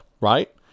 right